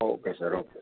okay sir okay